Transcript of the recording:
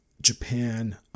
Japan